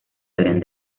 avión